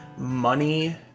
Money